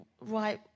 right